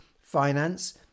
finance